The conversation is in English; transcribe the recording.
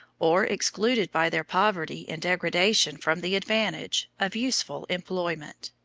or excluded by their poverty and degradation from the advantage, of useful employment.